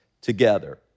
together